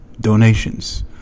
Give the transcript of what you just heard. Donations